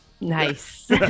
Nice